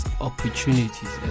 Opportunities